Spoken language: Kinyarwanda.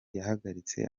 yahagaritse